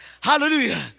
Hallelujah